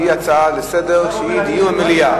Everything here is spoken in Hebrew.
שהיא דיון במליאה.